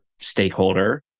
stakeholder